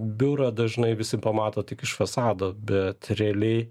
biurą dažnai visi pamato tik iš fasado bet realiai